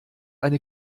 eine